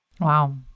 Wow